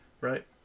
Right